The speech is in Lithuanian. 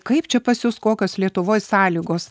kaip čia pas jus kokios lietuvoj sąlygos